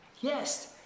Yes